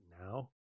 now